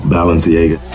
Balenciaga